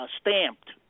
stamped